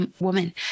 woman